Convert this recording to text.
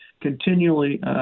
continually –